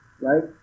right